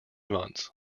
months